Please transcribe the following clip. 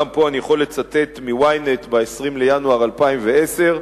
גם פה אני יכול לצטט מ-Ynet ב-20 בינואר 2010: